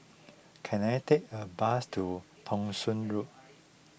can I take a bus to Thong Soon Road